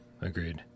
agreed